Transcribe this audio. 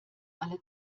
alle